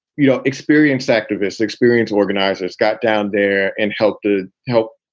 you know, experienced activists, experienced organizers got down there and helped to help,